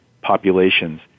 populations